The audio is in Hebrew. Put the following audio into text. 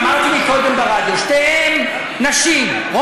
אמרתי קודם ברדיו: שתיהן נשים,